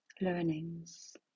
learnings